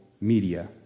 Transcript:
media